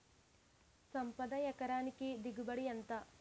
సంపద ఎకరానికి దిగుబడి ఎంత?